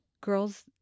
girls